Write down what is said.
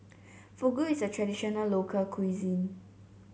Fugu is a traditional local cuisine